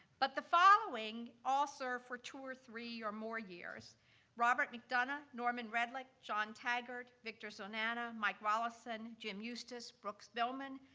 but the following all served for two or three or more years robert mcdonough, norman redlich, john taggart, victor zonana, mike wallesen, jim eustice, brookes billman,